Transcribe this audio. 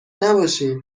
نباشین